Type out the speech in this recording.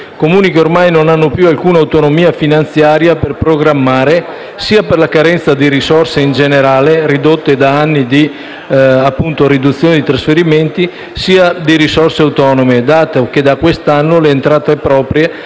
ormai, non hanno più alcuna autonomia finanziaria per programmare per la carenza sia di risorse in generale, causata da anni di riduzione di trasferimenti, sia di risorse autonome, dato che da quest'anno le entrate proprie,